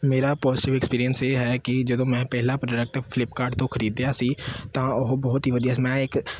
ਮੇਰਾ positive experience ਇਹ ਹੈ ਕਿ ਜਦੋਂ ਮੈਂ ਪਹਿਲਾਂ ਪ੍ਰੋਡਕਟ ਫਲਿੱਪਕਾਰਟ ਤੋਂ ਖਰੀਦਿਆ ਸੀ ਤਾਂ ਉਹ ਬਹੁਤ ਹੀ ਵਧੀਆ ਸੀ ਮੈਂ ਇੱਕ